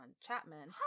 Chapman